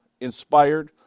inspired